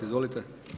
Izvolite.